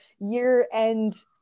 year-end